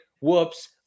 whoops